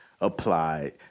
applied